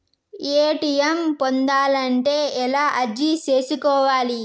ATM పొందాలంటే ఎలా అర్జీ సేసుకోవాలి?